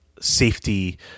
safety